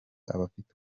abafite